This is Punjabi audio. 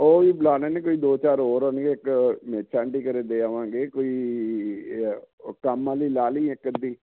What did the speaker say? ਉਹ ਵੀ ਬੁਲਾਣੇ ਨੇ ਕੋਈ ਦੋ ਚਾਰ ਹੋਰ ਹੋਣਗੇ ਇਕ ਚਾਂਡੀ ਘਰੇ ਦੇ ਆਵਾਂਗੇ ਕੋਈ ਕੰਮ ਵਾਲੀ ਲਾ ਲਈਏ ਇੱਕ ਅੱਧੀ